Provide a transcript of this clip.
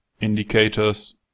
Indicators